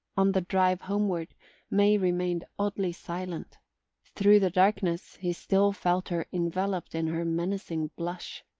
on the drive homeward may remained oddly silent through the darkness, he still felt her enveloped in her menacing blush.